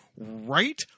Right